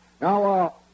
Now